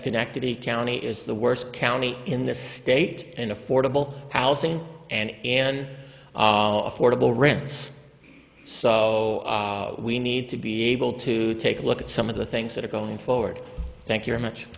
schenectady county is the worst county in this state in affordable housing and in affordable rents so we need to be able to take a look at some of the things that are going forward thank you very much